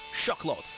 Shockload